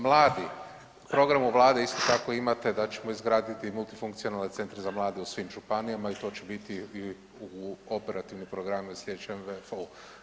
Mladi u programu Vlade isto tako imate da ćemo izgraditi multifunkcionalne centre za mlade u svim županijama i to će biti operativni programi u sljedećem periodu.